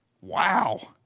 Wow